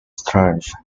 strange